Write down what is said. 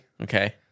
Okay